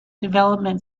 development